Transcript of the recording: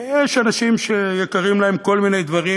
ויש אנשים שיקרים להם כל מיני דברים,